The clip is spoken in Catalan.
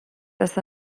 està